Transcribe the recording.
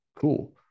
cool